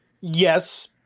Yes